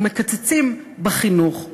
מקצצים בחינוך,